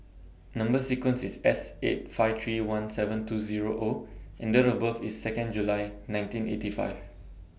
Number sequence IS S eight five three one seven two Zero O and Date of birth IS Second July nineteen eighty five